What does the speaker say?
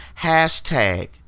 hashtag